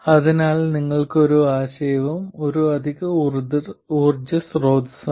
അതിനാൽ അടുത്ത ആശയം ഒരു അധിക ഊർജ്ജ സ്രോതസ്സാണ്